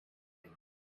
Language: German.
will